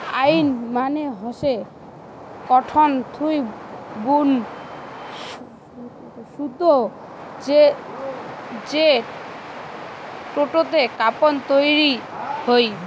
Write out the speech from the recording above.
yarn মানে হসে cotton থুই বুন সুতো যেটোতে কাপড় তৈরী হই